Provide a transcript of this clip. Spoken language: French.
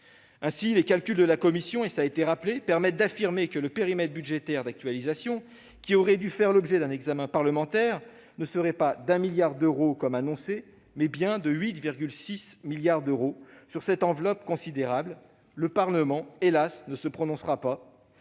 Ainsi, les calculs de la commission permettent d'affirmer que le périmètre budgétaire d'actualisation, qui aurait dû faire l'objet d'un examen parlementaire, serait non pas de 1 milliard d'euros, comme annoncé, mais de 8,6 milliards d'euros. Sur cette enveloppe considérable, le Parlement, hélas ! ne se prononcera pas.